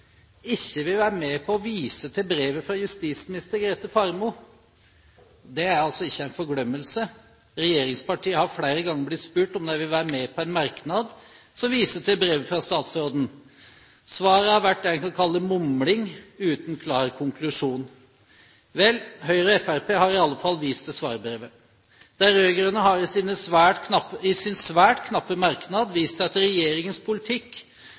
ikke vil være med på å vise til brevet fra justisminister Grete Faremo. Det er altså ikke en forglemmelse – regjeringspartiene har flere ganger blitt spurt om de vil være med på en merknad som viser til brevet fra statsråden. Svaret har vært det en kan kalle mumling, uten klar konklusjon. Vel, Høyre og Fremskrittspartiet har i alle fall vist til svarbrevet. De rød-grønne har i sin svært knappe merknad vist til at regjeringens politikk,